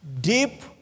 Deep